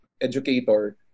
educator